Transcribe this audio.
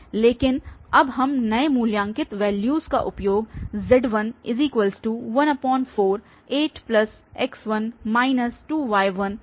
लेकिन अब हम नए मूल्यांकित वैल्यूस का उपयोग z148x 2y1482 61 के रूप में करेंगे